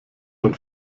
von